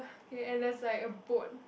okay and there's like a boat